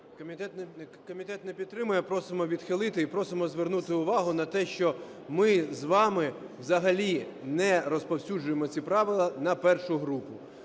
Комітет не підтримує. Просимо відхилити і просимо звернути увагу на те, що ми з вами взагалі не розповсюджуємо ці правила на першу групу.